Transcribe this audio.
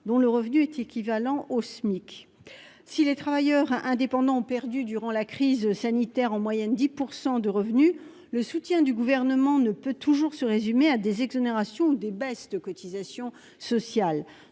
dont le revenu est équivalent au SMIC. Si les travailleurs indépendants ont perdu durant la crise sanitaire en moyenne 10 % de revenus, le soutien du Gouvernement ne peut toujours se résumer à des exonérations ou des baisses de cotisations sociales.